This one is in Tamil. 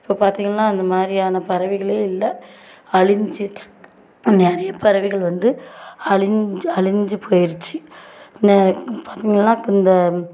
இப்போ பார்த்தீங்கள்னா இந்த மாதிரியான பறவைகளே இல்லை அழிஞ்சிட்ருக்குது ஆனால் நிறையா பறவைகள் வந்து அழிந்து அழிந்து போயிருச்சு நிறையா பார்த்தீங்கள்னா இந்த